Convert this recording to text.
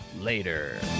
later